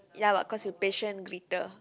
ya what cause you patient greeter